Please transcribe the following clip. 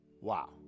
Wow